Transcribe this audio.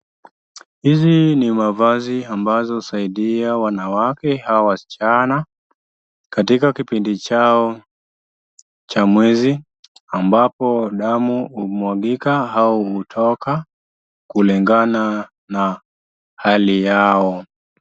Hizi ni mavazi ambazo husaidia wanawake au wasichana. Katika kipindi chao cha mwezi, ambapo damu humwagika au hutoka kulingana na hali yao.